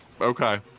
okay